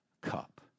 cup